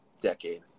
decade